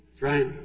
right